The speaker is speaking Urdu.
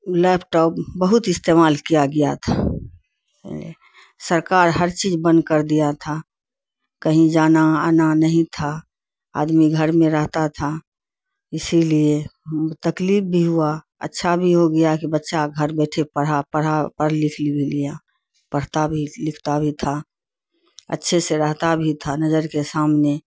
لیپٹاپ بہت استعمال کیا گیا تھا سرکار ہر چیز بند کر دیا تھا کہیں جانا آنا نہیں تھا آدمی گھر میں رہتا تھا اسی لیے تکلیف بھی ہوا اچھا بھی ہو گیا کہ بچہ گھر بیٹھے پڑھا پڑھا پڑھ لکھ بھی لیا پڑھتا بھی لکھتا بھی تھا اچھے سے رہتا بھی تھا نظر کے سامنے